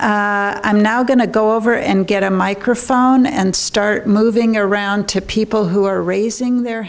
now going to go over and get a microphone and start moving around to people who are raising their